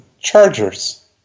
Chargers